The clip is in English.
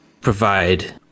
provide